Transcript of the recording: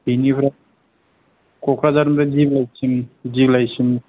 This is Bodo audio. बिनिफ्राय क'क्राझारनिफ्राय दिब्लायसिम दिब्लायसिम